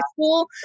school